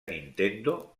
nintendo